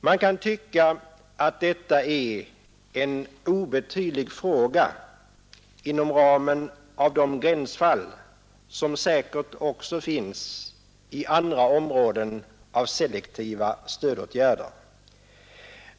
Man kan tycka att detta är en obetydlig fråga inom ramen för vad som kan räknas som gränsfall, något som säkerligen också finns på andra områden, där selektiva stödåtgärder förekommer.